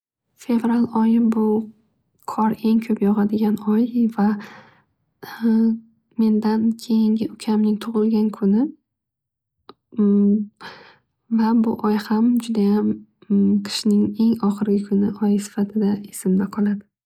Fevral oyi bu qor eng ko'p yog'adigan oy va mendan keyingi ukamning tug'ilgan kuni. Va bu oy ham judayam qishning eng ohirgi kuni oyi hisoblanadi.